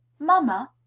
mamma!